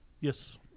Yes